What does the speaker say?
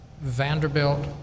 Vanderbilt